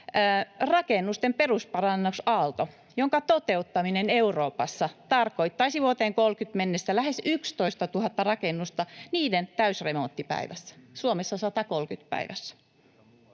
rakennusten perusparannusaalto, jonka toteuttaminen Euroopassa tarkoittaisi vuoteen 30 mennessä lähes 11 000 rakennuksen täysremonttia päivässä — Suomessa 130 päivässä.